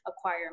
acquire